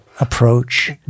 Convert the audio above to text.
Approach